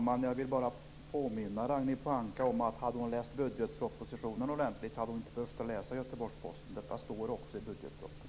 Herr talman! Om Ragnhild Pohanka hade läst budgetpropositionen ordentligt hade hon inte behövt läsa Göteborgsposten. Detta står nämligen också i budgetpropositionen.